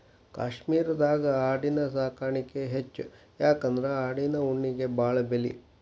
ಕಾಶ್ಮೇರದಾಗ ಆಡಿನ ಸಾಕಾಣಿಕೆ ಹೆಚ್ಚ ಯಾಕಂದ್ರ ಆಡಿನ ಉಣ್ಣಿಗೆ ಬಾಳ ಬೆಲಿ